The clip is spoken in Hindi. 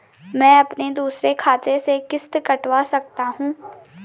मैं अपने दूसरे खाते से किश्त कटवा सकता हूँ?